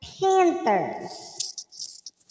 Panthers